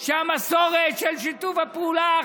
שהמסורת של שיתוף הפעולה, משפט לסיום.